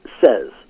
says